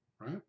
right